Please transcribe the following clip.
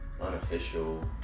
unofficial